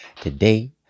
Today